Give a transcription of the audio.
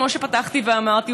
כמו שפתחתי ואמרתי,